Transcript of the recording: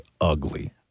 ugly